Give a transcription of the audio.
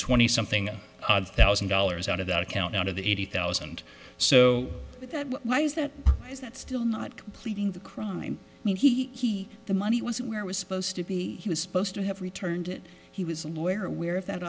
twenty something thousand dollars out of that account out of eighty thousand so that why is that is that still not completing the crime i mean he the money wasn't where it was supposed to be he was supposed to have returned he was a lawyer where if that